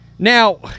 Now